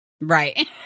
Right